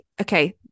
Okay